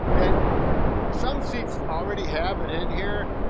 and some seats already have it in here,